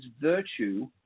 virtue